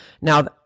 Now